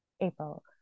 April